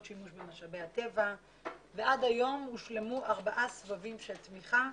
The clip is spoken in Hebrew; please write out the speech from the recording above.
שימוש במשאבי הטבע ועד היום הושלמו ארבעה סבבים של תמיכה,